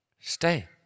stay